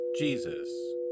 Jesus